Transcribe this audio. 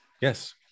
Yes